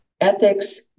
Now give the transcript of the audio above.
Ethics